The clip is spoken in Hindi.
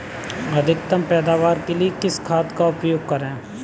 अधिकतम पैदावार के लिए किस खाद का उपयोग करें?